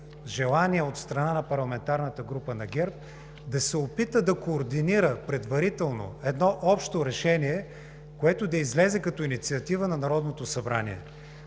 желание от страна на парламентарната група на ГЕРБ да се опита да координира предварително едно общо решение, което да излезе като инициатива на Народното събрание.